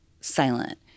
silent